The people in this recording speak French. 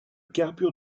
carbure